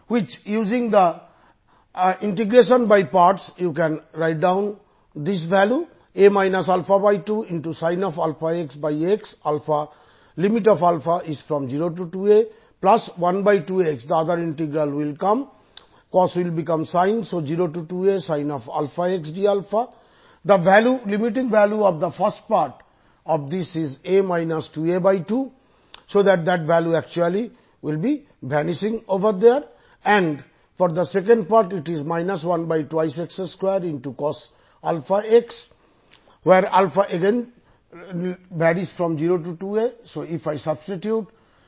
ஒரு இன்டெக்ரலில் 2 இல்லாத f தவிர வேறு எதுவும் கிடையாது